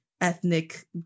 ethnic